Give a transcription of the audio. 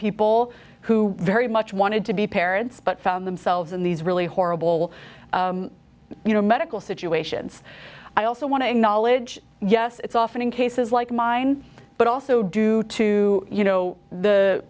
people who very much wanted to be parents but found themselves in these really horrible you know medical situations i also want to acknowledge yes it's often in cases like mine but also due to you know the